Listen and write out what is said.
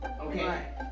Okay